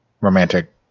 romantic